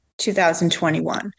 2021